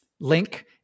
link